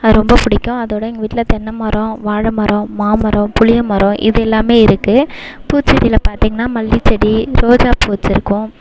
அது ரொம்ப பிடிக்கும் அதோட எங்கள் வீட்டில் தென்னை மரம் வாழை மரம் மாம் மரம் புளிய மரம் இது எல்லாமே இருக்குது பூச்செடியில் பார்த்திங்ன்னா மல்லிகைச்செடி ரோஜாப்பூ வச்சுருக்கோம்